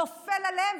זה נופל עליהם,